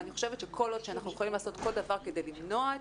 ואני חושבת שכל עוד שאנחנו יכולים לעשות כל דבר כדי למנוע את